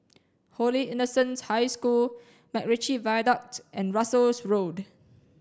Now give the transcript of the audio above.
Holy Innocents' High School MacRitchie Viaduct and Russels Road